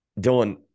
Dylan